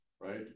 right